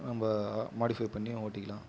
நம்ம மாடிஃபை பண்ணியும் ஓட்டிக்கலாம்